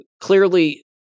Clearly